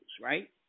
right